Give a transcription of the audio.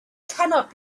cannot